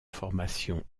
formation